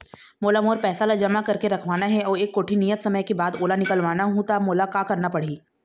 मोला मोर पैसा ला जमा करके रखवाना हे अऊ एक कोठी नियत समय के बाद ओला निकलवा हु ता मोला का करना पड़ही?